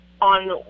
on